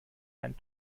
einen